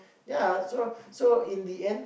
ya so so in the end